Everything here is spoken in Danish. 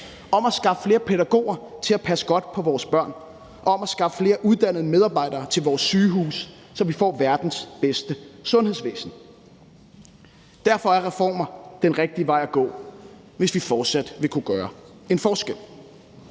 om at skaffe flere pædagoger til at passe godt på vores børn og om at skaffe flere uddannede medarbejdere til vores sygehuse, så vi får verdens bedste sundhedsvæsen. Derfor er reformer den rigtige vej at gå, hvis vi fortsat vil kunne gøre en forskel.